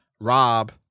Rob